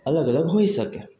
અલગ અલગ હોઈ શકે